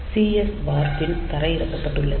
cs பார் பின் தரையிறக்கப்பட்டுள்ளது